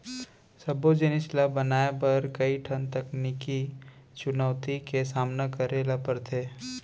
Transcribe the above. सबो जिनिस ल बनाए बर कइ ठन तकनीकी चुनउती के सामना करे ल परथे